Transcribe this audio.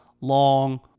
long